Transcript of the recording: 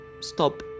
stop